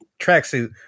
tracksuit